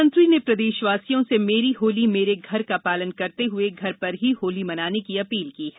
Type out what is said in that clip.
मुख्यमंत्री ने प्रदेशवासियों से मेंरी होली मेंरे घर का पालन करते हुए घर पर ही होली मनाने की अपील की है